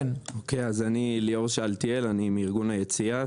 אני מארגון היציע,